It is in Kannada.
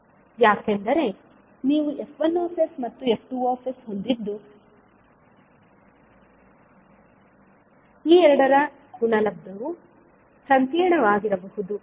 ಯಾಕೆಂದರೆ ನೀವು F1 ಮತ್ತು F2 ಹೊಂದಿದ್ದು ಈ ಎರಡರ ಗುಣಲಬ್ಧವು ಸಂಕೀರ್ಣವಾಗಿರಬಹುದು